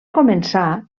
començà